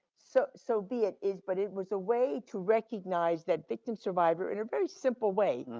so so be it is, but it was a way to recognize that victim survivor in a very simple way.